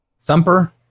Thumper